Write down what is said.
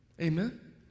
Amen